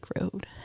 road